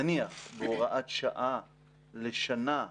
נניח בהוראת שעה לשנה,